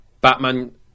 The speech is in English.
batman